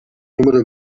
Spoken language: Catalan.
número